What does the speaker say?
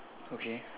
okay